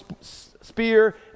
spear